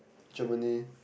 Germany